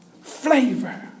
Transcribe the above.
flavor